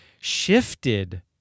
shifted